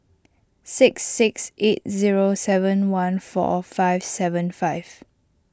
six six eight zero seven one four five seven five